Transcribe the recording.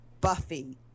Buffy